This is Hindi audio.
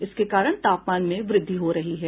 इसके कारण तापमान में वृद्धि हो रही है